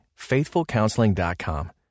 FaithfulCounseling.com